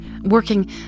working